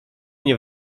nie